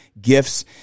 gifts